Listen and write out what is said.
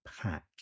pack